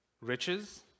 riches